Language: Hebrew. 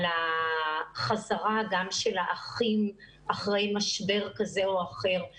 על החזרה גם של האחים אחרי משבר כזה או אחר,